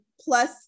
plus